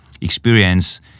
experience